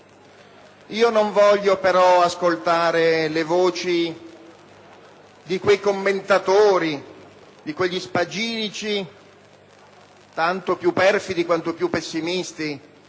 Non voglio però ascoltare le voci di quei commentatori, di quegli spagirici, tanto più perfidi quanto più pessimisti,